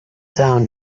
down